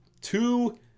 two